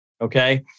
Okay